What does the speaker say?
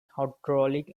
hydraulic